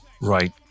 right